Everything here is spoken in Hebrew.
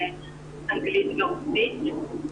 אנגלית ורוסית.